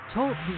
Talk